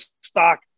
stock